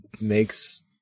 makes